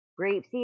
grapeseed